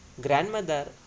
grandmother